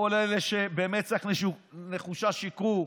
כל אלה שבמצח נחושה שיקרו,